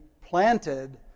planted